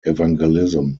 evangelism